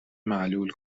معلول